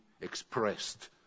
expressed